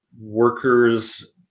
workers